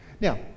Now